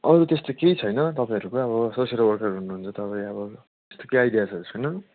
अरू त्यस्तो केही छैन तपाईँहरू पो अब सोसियल वर्कर हुनुहुन्छ तपाईँ अब त्यति आइडियाजहरू छैन